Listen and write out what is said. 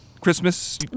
Christmas